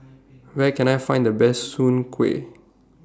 Where Can I Find The Best Soon Kway